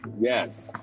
Yes